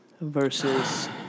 versus